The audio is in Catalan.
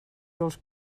dels